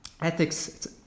Ethics